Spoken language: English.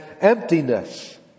emptiness